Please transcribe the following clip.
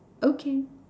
okay